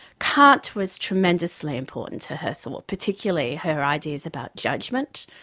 kant was tremendously important to her thought, particularly her ideas about judgement.